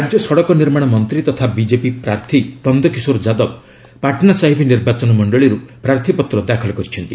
ରାଜ୍ୟ ସଡ଼କ ନିର୍ମାଣ ମନ୍ତ୍ରୀ ତଥା ବିଜେପି ପ୍ରାର୍ଥୀ ନନ୍ଦ କିଶୋର ଯାଦବ ପାଟନାସାହିବ ନିର୍ବାଚନ ମଣ୍ଡଳୀରୁ ପ୍ରାର୍ଥୀପତ୍ର ଦାଖଲ କରିଛନ୍ତି